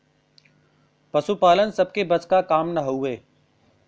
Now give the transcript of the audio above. पसुपालन सबके बस क काम ना हउवे